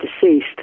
deceased